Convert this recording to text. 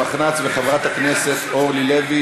המחנה הציוני וחברת הכנסת אורלי לוי,